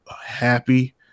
happy